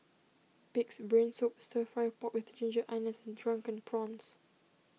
Pig's Brain Soup Stir Fry Pork with Ginger Onions and Drunken Prawns